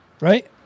right